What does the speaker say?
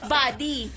body